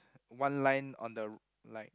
one line on the like